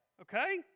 Okay